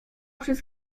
przez